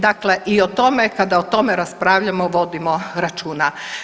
Dakle i o tome kada o tome raspravljamo vodimo računa.